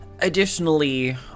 Additionally